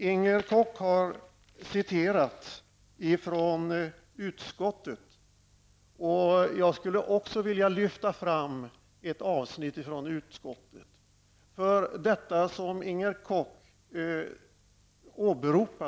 Inger Koch har citerat ur utskottsbetänkande, och även jag vill lyfta fram ett avsnitt ur det.